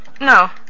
No